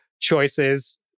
choices